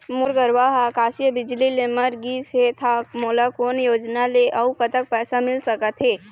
मोर गरवा हा आकसीय बिजली ले मर गिस हे था मोला कोन योजना ले अऊ कतक पैसा मिल सका थे?